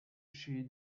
she